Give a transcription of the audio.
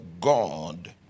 God